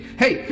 hey